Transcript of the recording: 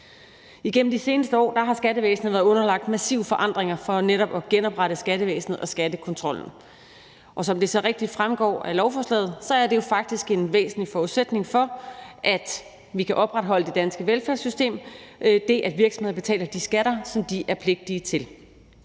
Igennem de seneste år har skattevæsenet været underlagt massive forandringer for netop at genoprette skattevæsenet og skattekontrollen, og som det så rigtigt fremgår af lovforslaget, er det faktisk en væsentlig forudsætning for, at vi kan opretholde det danske velfærdssystem, at virksomheder betaler de skatter, som de er pligtige til.